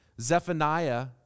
Zephaniah